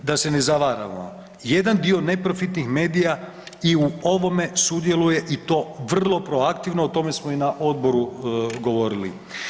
Da se ne zavaravamo, jedan dio neprofitnih medija i u ovom sudjeluje i to vrlo proaktivno o tome smo i na odboru govorili.